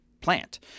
plant